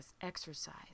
exercise